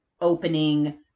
opening